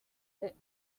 states